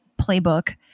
playbook